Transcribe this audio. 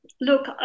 Look